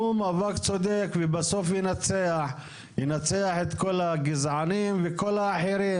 הוא מאבק צודק ובסוף ינצח את כל הגזענים וכל האחרים